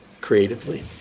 creatively